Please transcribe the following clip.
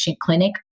clinic